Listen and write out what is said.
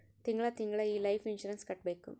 ತಿಂಗಳ ತಿಂಗಳಾ ಈ ಲೈಫ್ ಇನ್ಸೂರೆನ್ಸ್ ಕಟ್ಬೇಕು